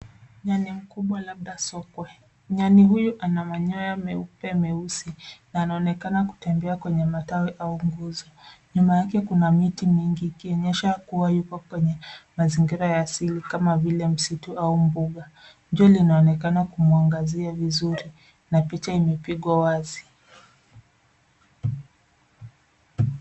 Nyani mkubwa labda sokwe. Nyani huyu ana manyoya meupe meusi na anaonekana kutembea kwenye matawi au nguzo. Nyuma yake kuna miti mingi ikionyesha kuwa yupo kwenye mazingira ya asili kama vile msitu au mbuga. Jua linaonekana kumwangazia vizuri na picha imepigwa wazi.